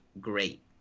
great